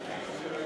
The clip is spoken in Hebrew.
בתנאים